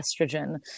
estrogen